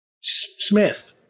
Smith